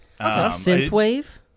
Synthwave